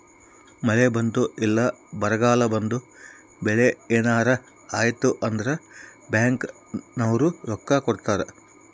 ಮಳೆ ಬಂದು ಇಲ್ಲ ಬರಗಾಲ ಬಂದು ಬೆಳೆ ಯೆನಾರ ಹಾಳಾಯ್ತು ಅಂದ್ರ ಬ್ಯಾಂಕ್ ನವ್ರು ರೊಕ್ಕ ಕೊಡ್ತಾರ